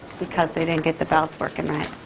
because they didn't get the bells working right.